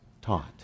taught